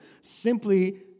simply